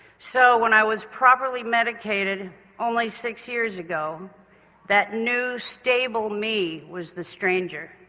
so when i was properly medicated only six years ago that new stable me was the stranger.